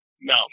No